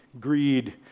greed